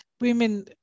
women